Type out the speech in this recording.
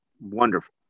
wonderful